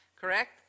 correct